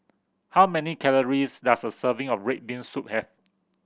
how many calories does a serving of red bean soup have